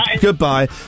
goodbye